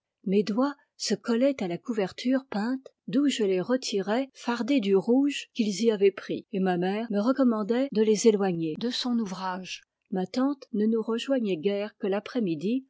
mes doigts se collaient à la couverture peinte d'où je les retirais fardés du rouge qu'ils y avaient pris et ma mère me recommandait de les éloigner de son ouvrage ma tante ne nous rejoignait guère que l'après-midi